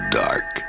dark